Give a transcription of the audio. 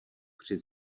při